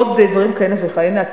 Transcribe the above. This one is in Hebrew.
ועוד דברים כהנה וכהנה.